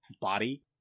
body